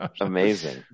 amazing